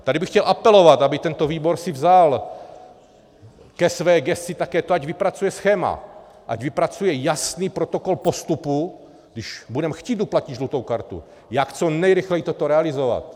Tady bych chtěl apelovat, aby si tento výbor vzal ke své gesci také to, ať vypracuje schéma, ať vypracuje jasný protokol postupu, když budeme chtít uplatnit žlutou kartu, jak co nejrychleji toto realizovat.